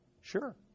Sure